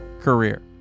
career